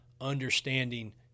understanding